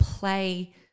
play